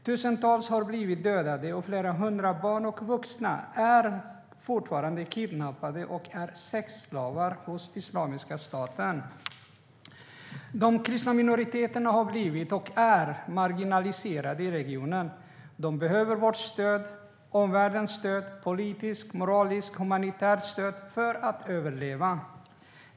Tusentals har blivit dödade, och flera hundra barn och vuxna är fortfarande kidnappade och hålls som sexslavar hos Islamiska staten. De kristna minoriteterna har blivit och är marginaliserade i regionen. De behöver vårt och omvärldens stöd - politiskt, moraliskt och humanitärt stöd för att överleva.